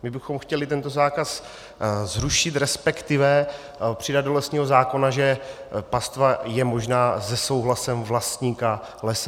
My bychom chtěli tento zákaz zrušit, respektive přidat do lesního zákona, že pastva je možná se souhlasem vlastníka lesa.